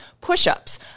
push-ups